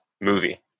movie